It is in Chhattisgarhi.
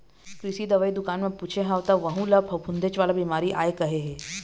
कृषि दवई दुकान म पूछे हव त वहूँ ल फफूंदेच वाला बिमारी आय कहे हे